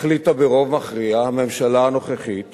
החליטה ברוב מכריע הממשלה הנוכחית